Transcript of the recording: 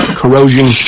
corrosion